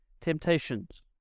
temptations